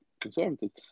Conservatives